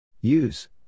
Use